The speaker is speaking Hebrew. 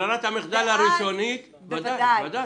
ברירת המחדל הראשונית, ודאי.